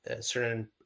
certain